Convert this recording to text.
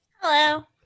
hello